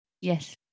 Yes